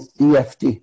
EFT